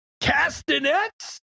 castanets